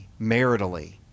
maritally